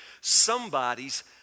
Somebody's